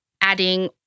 adding